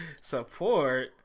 support